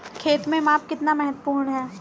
खेत में माप कितना महत्वपूर्ण है?